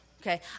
okay